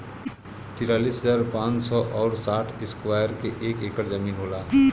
तिरालिस हजार पांच सौ और साठ इस्क्वायर के एक ऐकर जमीन होला